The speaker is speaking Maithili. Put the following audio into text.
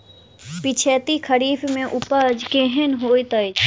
पिछैती खरीफ मे उपज केहन होइत अछि?